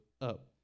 up